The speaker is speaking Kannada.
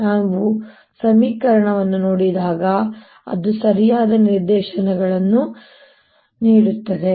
ನಾನು ಸಮೀಕರಣವನ್ನು ನೋಡಿದಾಗ ಅದು ಸರಿಯಾದ ನಿರ್ದೇಶನಗಳನ್ನು ನೀಡುತ್ತದೆ